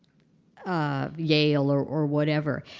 ah yale or or whatever.